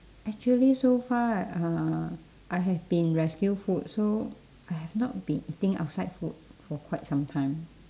actually so far uh I have been rescue food so I have not been eating outside food for quite some time